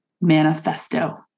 manifesto